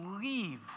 leave